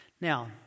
Now